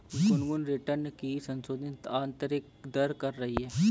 Gungun return की संशोधित आंतरिक दर कर रही है